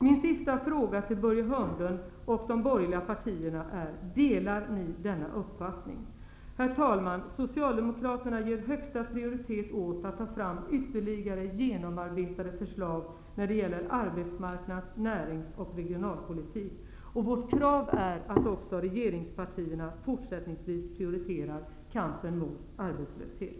Min sista fråga till Börje Hörnlund och de borgerliga partierna är: Delar ni denna uppfattning? Herr talman! Socialdemokraterna ger högsta prioritet åt att ta fram ytterligare genomarbetade förslag när det gäller arbetsmarknads-, närings och regionalpolitiken. Vårt krav är att också regeringspartierna fortsättningsvis prioriterar kampen mot arbetslöshet.